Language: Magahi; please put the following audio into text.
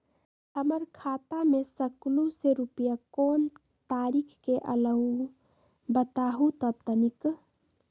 हमर खाता में सकलू से रूपया कोन तारीक के अलऊह बताहु त तनिक?